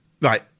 right